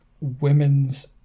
women's